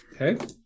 Okay